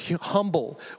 humble